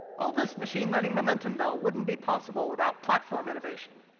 all this machine learning momentum, though, wouldn't be possible without platform innovation.